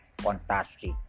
fantastic